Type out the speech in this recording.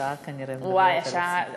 השעה כנראה מדברת, וואי, השעה.